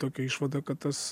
tokią išvadą kad tas